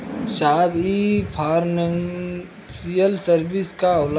साहब इ financial service का होला?